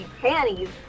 panties